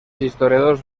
historiadors